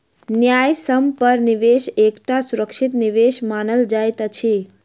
न्यायसम्य पर निवेश एकटा सुरक्षित निवेश मानल जाइत अछि